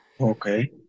Okay